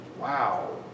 wow